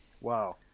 Wow